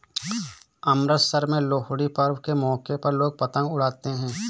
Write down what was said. अमृतसर में लोहड़ी पर्व के मौके पर लोग पतंग उड़ाते है